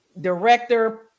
director